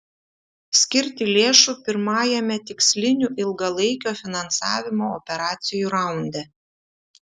skirti lėšų pirmajame tikslinių ilgalaikio finansavimo operacijų raunde